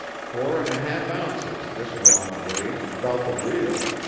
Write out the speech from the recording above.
four and a half ounces this rod weighs thout the reel,